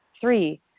Three